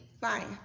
fine